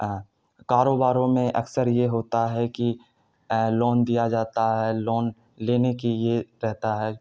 کاروباروں میں اکثر یہ ہوتا ہے کہ لون دیا جاتا ہے لون لینے کی یہ رہتا ہے